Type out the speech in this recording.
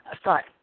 start